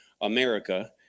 America